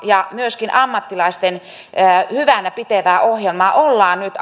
ja myöskin ammattilaisten hyvänä pitämää ohjelmaa ollaan nyt